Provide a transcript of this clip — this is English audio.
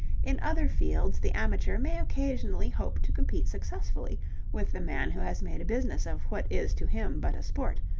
in other fields the amateur may occasionally hope to compete successfully with the man who has made a business of what is to him but a sport,